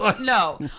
No